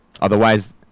otherwise